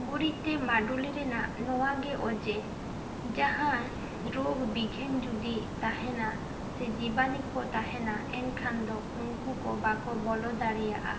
ᱜᱩᱨᱤᱡ ᱛᱮ ᱢᱟᱱᱰᱩᱞᱤ ᱨᱮᱱᱟᱜ ᱱᱚᱣᱟ ᱜᱮ ᱚᱡᱮ ᱡᱟᱦᱟᱸᱭ ᱨᱳᱜᱽ ᱵᱤᱜᱷᱤᱱ ᱡᱩᱫᱤ ᱮ ᱛᱟᱦᱮᱱᱟ ᱥᱮ ᱡᱤᱵᱟᱱᱩ ᱠᱚ ᱛᱟᱦᱮᱱᱟ ᱮᱱᱠᱷᱟᱱ ᱫᱚ ᱩᱱᱠᱩ ᱠᱚ ᱵᱟᱠᱚ ᱵᱚᱞᱚ ᱫᱟᱲᱮᱭᱟᱜᱼᱟ